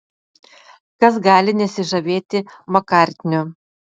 kas gali nesižavėti makartniu